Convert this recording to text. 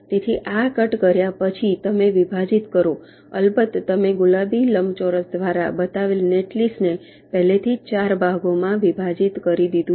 તેથી આ કટ કર્યા પછી તમે વિભાજિત કરોઅલબત્ત તમે ગુલાબી લંબચોરસ દ્વારા બતાવેલ નેટલિસ્ટને પહેલેથી 4 ભાગોમાં જ વિભાજિત કરી દીધું છે